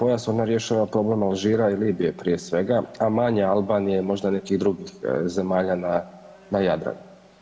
Ona rješava problem Alžira i Libije prije svega, al manje Albanije i možda nekih drugih zemalja na, na Jadranu.